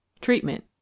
Treatment